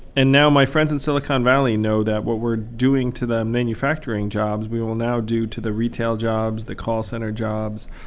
and now my friends in silicon valley know that what we're doing to the manufacturing jobs we will now do to the retail jobs, the call center jobs,